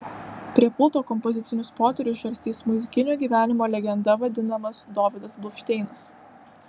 prie pulto kompozicinius potyrius žarstys muzikinio gyvenimo legenda vadinamas dovydas bluvšteinas